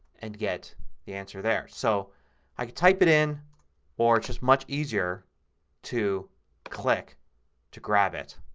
and get the answer there. so i can type it in or it's just much easier to click to grab it